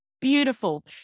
Beautiful